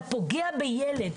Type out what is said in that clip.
אתה פוגע בילד,